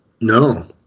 No